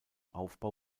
aufbau